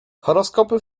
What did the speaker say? horoskopy